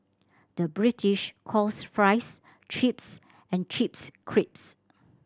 the British calls fries chips and chips crisps